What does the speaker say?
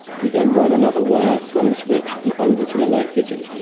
we then run another wire from the switch and over to the light fitting.